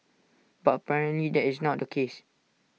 but apparently that is not the case